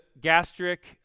gastric